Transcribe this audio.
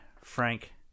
Frank